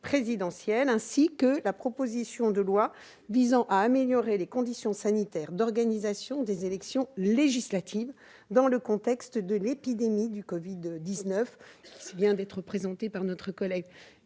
ainsi que la proposition de loi visant à améliorer les conditions sanitaires d'organisation des élections législatives dans le contexte lié à l'épidémie de covid-19, présentées par notre collègue